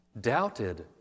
doubted